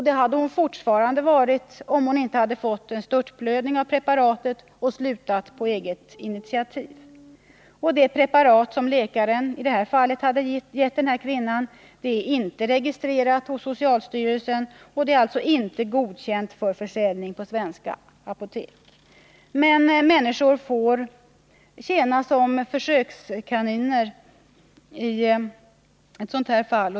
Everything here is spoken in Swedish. Det hade hon fortfarande varit om hon inte hade fått en störtblödning av preparatet och slutat på eget initiativ. Det preparat som läkaren hade givit kvinnan är inte registrerat hos socialstyrelsen och inte godkänt för försäljning på svenska apotek. Men människor får tjäna som försökskaniner i ett sådant här fall.